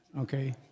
Okay